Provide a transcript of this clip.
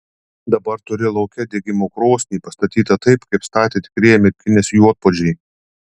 dabar turi lauke degimo krosnį pastatytą taip kaip statė tikrieji merkinės juodpuodžiai